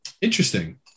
Interesting